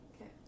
Okay